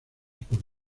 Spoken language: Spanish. por